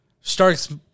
Stark's